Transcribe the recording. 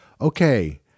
okay